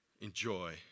enjoy